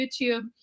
YouTube